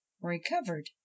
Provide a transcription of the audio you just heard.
recovered